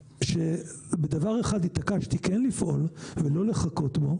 בדבר אחד התעקשתי כן לפעול ולא לחכות בו,